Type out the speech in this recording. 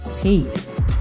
Peace